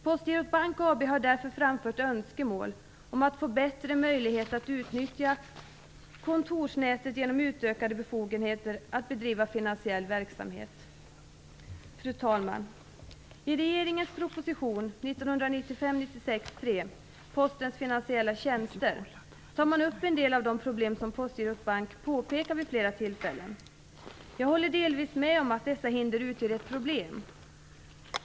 Postgirot Bank AB har därför framfört önskemål om att få bättre möjligheter att utnyttja kontorsnätet genom utökade befogenheter att bedriva finansiell verksamhet. Fru talman! I regeringens proposition 1995/96:3, Postens finansiella tjänster, tar man upp en del av de problem som Postgirot Bank påpekat vid flera tillfällen. Jag håller delvis med om att dessa hinder utgör ett problem.